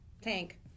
tank